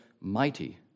mighty